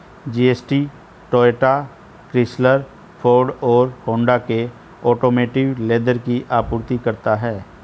GST Toyota, Chrysler, Ford और Honda के automotive leather की आपूर्ति करता है